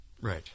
Right